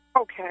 Okay